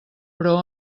però